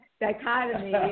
dichotomy